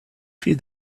feed